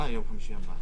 יום חמישי הבא.